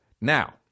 Now